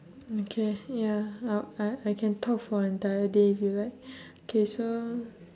okay ya well I I can talk for an entire day here [what] K so